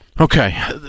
Okay